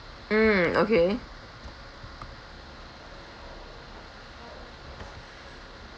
mm okay